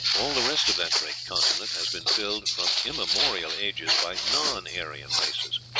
all the rest of that great continent has been filled from immemorial ages by non-aryan races.